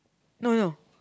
no no